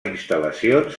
instal·lacions